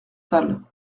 salle